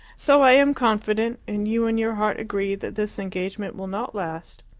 so i am confident, and you in your heart agree, that this engagement will not last.